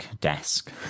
desk